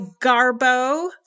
Garbo